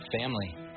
family